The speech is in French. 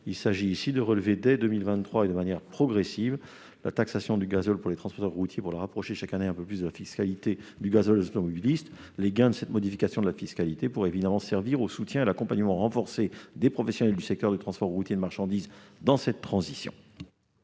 Nous proposons de relever progressivement dès 2023 la taxation du gazole des transporteurs routiers pour la rapprocher chaque année un peu plus de la fiscalité du gazole des automobilistes. Les gains de cette modification de la fiscalité pourraient évidemment servir au soutien et à l'accompagnement renforcé des professionnels du secteur du transport routier de marchandises pour les aider dans cette transition.